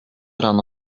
rano